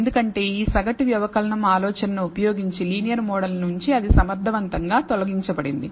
ఎందుకంటే ఈ సగటు వ్యవకలనం ఆలోచన ను ఉపయోగించి లీనియర్ మోడల్ నుండి అది సమర్థవంతంగా తొలగించబడింది